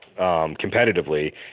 competitively